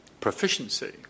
proficiency